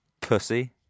Pussy